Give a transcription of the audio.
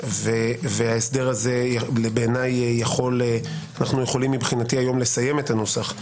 כמו שכולכם יודעים, בוודאי לקראת סוף מושב,